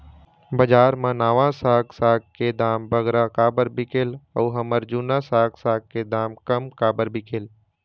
बजार मा नावा साग साग के दाम बगरा काबर बिकेल अऊ हमर जूना साग साग के दाम कम काबर बिकेल?